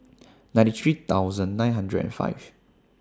ninety three thousand nine hundred and five